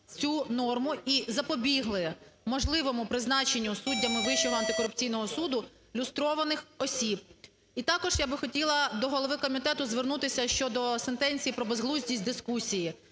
цю норму - і запобігли можливому призначенню суддями Вищого антикорупційного судулюстрованих осіб. І також я би хотіла до голови комітету звернутися щодо сентенцій про безглуздість дискусії.